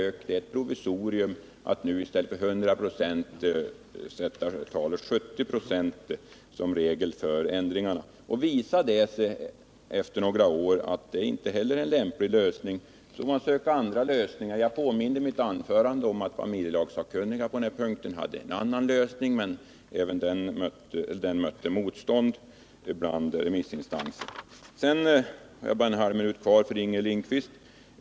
Man föreslår som ett provisorium att ändringarna i fortsättningen skall fastställas med ledning av talet 70 96, inte 100 96. Visar det sig efter några år att inte heller detta är en lämplig lösning, får man försöka åstadkomma någon annan sådan. Jag påminde i mitt huvudanförande om att familjelagssakkunniga på denna punkt hade en annan lösning men att den mötte motstånd bland remissinstanserna. Jag har bara en halv minut över för att bemöta Inger Lindquist.